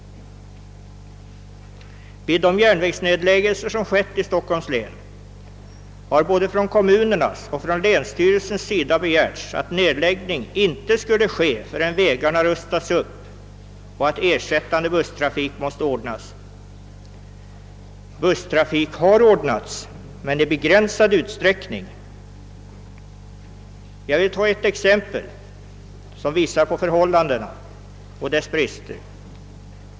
Inför de järnvägsnedläggelser som skulle genomföras i Stockholms län begärde både kommunerna och länsstyrelsen att nedläggning inte skulle ske förrän vägarna hade rustats upp och ersättande busstrafik hade ordnats. Sådan trafik har ordnats, men i begränsad utsträckning. Jag vill ta ett exempel som visar förhållandena och deras brister.